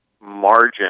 margin